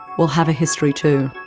will have a history too,